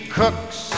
cooks